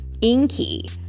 Inky